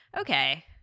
okay